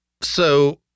So-